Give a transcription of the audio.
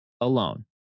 alone